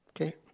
Okay